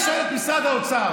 אני שואל את משרד האוצר,